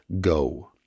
go